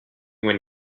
when